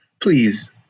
please